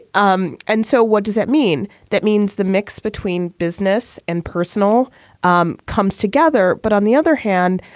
um and so what does that mean? that means the mix between business and personal um comes together. but on the other hand,